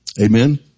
Amen